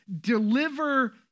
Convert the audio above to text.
deliver